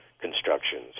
constructions